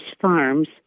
Farms